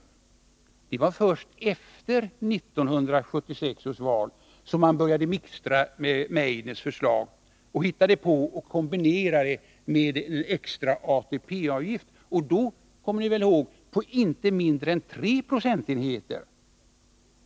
Först efter valet 1976 började man mixtra med Meidners förslag och hittade på att kombinera det med en ATP-avgift och då på inte mindre än 3 90.